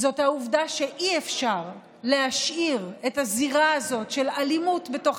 העובדה שאי-אפשר להשאיר את הזירה הזאת של אלימות בתוך